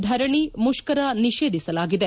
ಧರಣಿ ಮುತ್ತರ ನಿಷೇಧಿಸಲಾಗಿದೆ